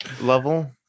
level